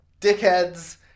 dickheads